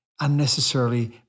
unnecessarily